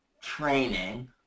training